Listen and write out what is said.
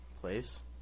place